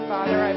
Father